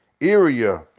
area